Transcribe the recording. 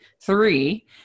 three